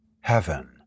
heaven